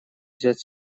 взять